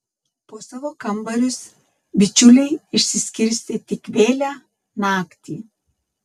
po savo kambarius bičiuliai išsiskirstė tik vėlią naktį